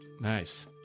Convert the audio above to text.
Nice